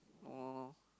no no no